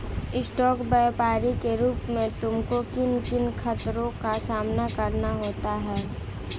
Stock व्यापरी के रूप में तुमको किन किन खतरों का सामना करना होता है?